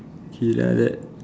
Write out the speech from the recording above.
he like that